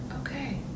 okay